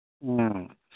ꯎꯝ